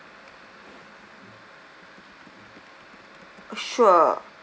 oh sure